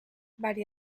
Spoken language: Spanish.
veinte